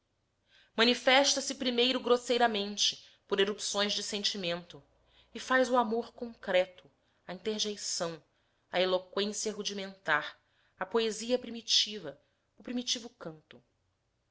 manifesta-se primeiro grosseiramente por erupções de sentimento e faz o amor concreto a interjeição a eloqüência rudimentar a poesia primitiva o primitivo canto